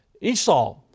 Esau